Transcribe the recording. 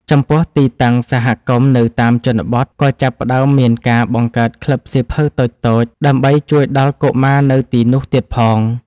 ចំពោះ ទីតាំងសហគមន៍នៅតាមជនបទ ក៏ចាប់ផ្ដើមមានការបង្កើតក្លឹបសៀវភៅតូចៗដើម្បីជួយដល់កុមារនៅទីនោះទៀតផង។